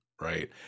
Right